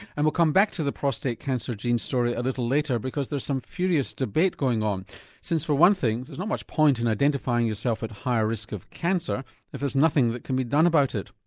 and we'll come back to the prostate cancer gene story a little later because there's some furious debate going on since for one thing, there's not much point in identifying yourself at high risk of cancer if there's nothing that can be done about it.